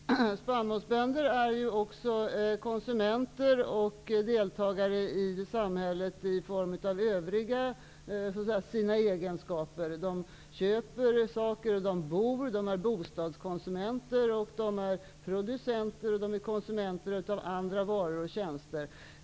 Fru talman! Spannmålsbönder är ju också konsumenter och deltar i samhället -- de är bostadskonsumenter, producenter och de är konsumenter av andra varor och tjänster.